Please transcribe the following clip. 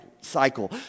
cycle